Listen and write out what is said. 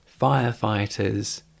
firefighters